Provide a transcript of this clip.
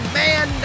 man